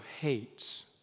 hates